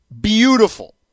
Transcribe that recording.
Beautiful